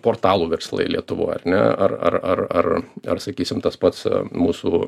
portalų verslai lietuvoj ar ne ar ar ar ar ar sakysim tas pats mūsų